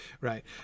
Right